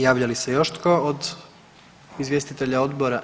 Javlja li se još tko od izvjestitelja odbora?